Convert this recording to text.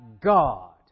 God